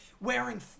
wearing